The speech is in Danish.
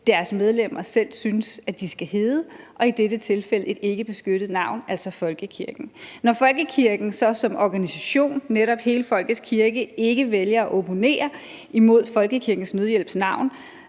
deres medlemmer selv synes at de skal hedde, og i dette tilfælde et ikkebeskyttet navn, altså folkekirken. Når folkekirken så som organisation, netop hele folkets kirke, ikke vælger at opponere imod Folkekirkens Nødhjælps navn,